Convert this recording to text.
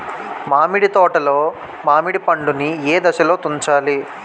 మామిడి తోటలో మామిడి పండు నీ ఏదశలో తుంచాలి?